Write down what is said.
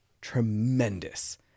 tremendous